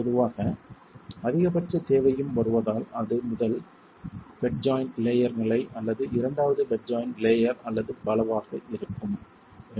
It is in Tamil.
பொதுவாக அதிகபட்ச தேவையும் வருவதால் அது முதல் பெட் ஜாய்ன்ட் லேயர் நிலை அல்லது இரண்டாவது பெட் ஜாயிண்ட் லேயர் அல்லது பலவாக இருக்கலாம்